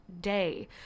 day